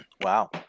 Wow